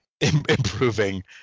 improving